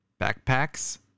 backpacks